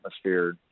atmosphere